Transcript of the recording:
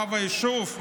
רב יישוב.